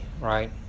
right